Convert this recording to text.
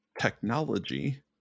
technology